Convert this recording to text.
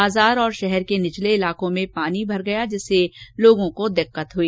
बाजार तथा शहर के निचले इलाकों में पानी भर गया जिससे लोगों को परेशानी हई